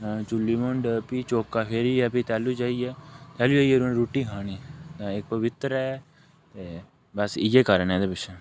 चुल्ली मुंढ फ्ही चौका फेरियै फ्ही तैलू जाइयै तैलू जाइयै उन्नै रुट्टी खानी एह् पवित्तर ऐ ते बस इ'यै कारण ऐ एह्दे पिच्छें